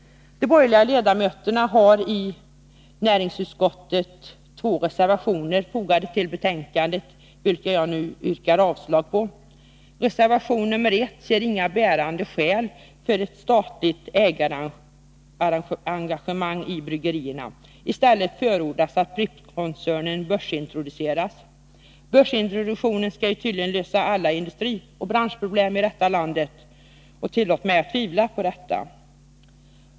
De borgerliga ledamöterna i näringsutskottet har två reservationer fogade till betänkandet, vilka jag nu yrkar avslag på. Enligt reservation 1 finns inga bärande skäl för ett statligt ägarengagemang i bryggerierna. I stället förordas att Prippskoncernen börsintroduceras. Börsintroduktion skall tydligen lösa alla industrioch branschproblem i detta land. Tillåt mig att tvivla på det.